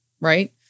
right